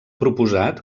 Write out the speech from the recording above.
proposat